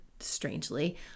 Strangely